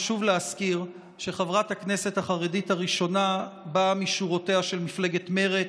חשוב להזכיר שחברת הכנסת החרדית הראשונה באה משורותיה של מפלגת מרצ,